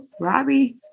Robbie